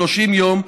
30 יום,